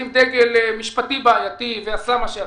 הרים דגל משפטי בעייתי ועשה מה שעשה.